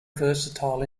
versatile